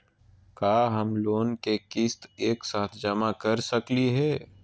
का हम लोन के किस्त एक साथ जमा कर सकली हे?